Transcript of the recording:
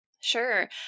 Sure